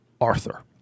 Arthur